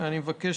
אני מבקש